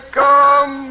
come